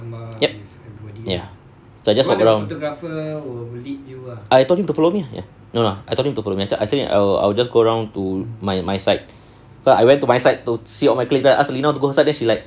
yup ya so I just walk around ah I told him to follow me ya no lah I told him to I say I'll I'll just go round to my my side so I went to my side to sit on my place then I asked lina to go inside then she like